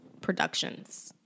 productions